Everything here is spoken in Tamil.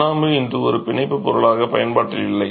சுண்ணாம்பு இன்று ஒரு பிணைப்புப் பொருளாக பயன்பாட்டில் இல்லை